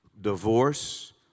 Divorce